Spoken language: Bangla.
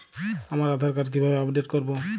আমার আধার কার্ড কিভাবে আপডেট করব?